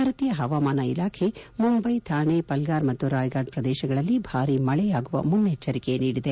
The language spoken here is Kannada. ಭಾರತೀಯ ಹವಾಮಾನ ಇಲಾಖೆ ಮುಂಬೈ ಥಾಣೆ ಪಲ್ಗಾರ್ ಮತ್ತು ರಾಯಗಢ್ ಪ್ರದೇಶಗಳಲ್ಲಿ ಭಾರಿ ಮಳೆಯಾಗುವ ಮುನ್ನೆಚ್ಚರಿಕೆ ನೀಡಿದೆ